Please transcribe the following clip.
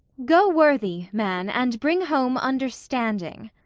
go worthy man, and bring home understanding.